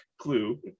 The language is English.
clue